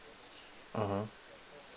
mmhmm